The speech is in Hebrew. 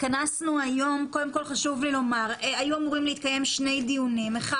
היום היו אמורים להתקיים שני דיונים: אחד,